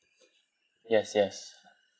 yes yes